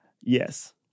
Yes